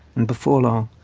and, before long,